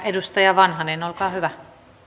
edustaja vanhanen olkaa hyvä